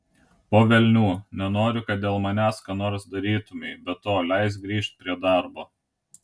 po velnių nenoriu kad dėl manęs ką nors darytumei be to leisk grįžt prie darbo